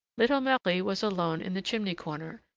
little marie was alone in the chimney-corner,